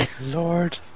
Lord